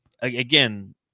again